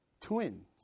twins